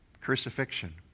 crucifixion